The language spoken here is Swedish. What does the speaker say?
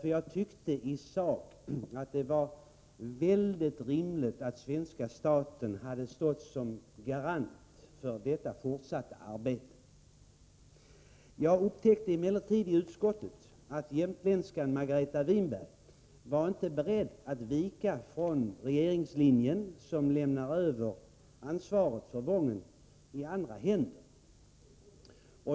I sak tyckte jag att det var rimligt att svenska staten kvarstod som garant för det fortsatta arbetet. Jag upptäckte emellertid i utskottet att jämtländskan Margareta Winberg inte var beredd att vika från regeringslinjen, som lämnar över ansvaret för Wången i andra händer.